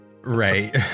Right